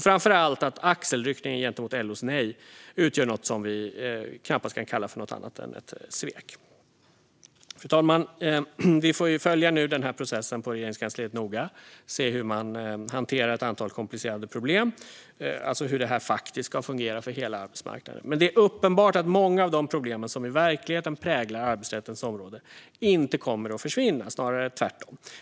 Framför allt utgör axelryckningen gentemot LO:s nej något som vi knappast kan kalla något annat än ett svek. Fru talman! Vi får nu följa processen i Regeringskansliet noga och se hur man hanterar ett antal komplicerade problem och hur detta faktiskt ska fungera för hela arbetsmarknaden. Det är uppenbart att många av de problem som i verkligheten präglar arbetsrättens område inte kommer att försvinna - snarare tvärtom.